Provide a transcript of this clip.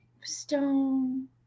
Stone